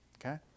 Okay